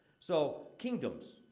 so, kingdoms.